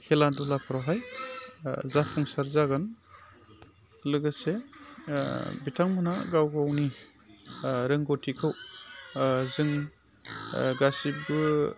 खेला धुलाफ्रावहाय जाफुंसार जागोन लोगोसे बिथांमोनहा गावगावनि रोंगौथिखौ जों गासैबो